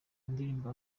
indirimbo